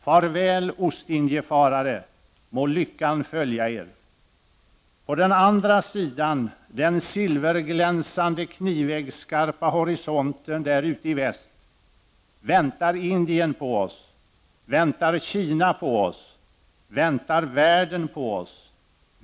Farväl Ostindiefarare — må lyckan följa er! På andra sidan den silverglänsande, kniveggsskarpa horisonten där ute i väst väntar Indien på oss, väntar Kina på oss, väntar världen på oss.